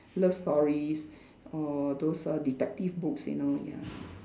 love stories or those err detective books you know ya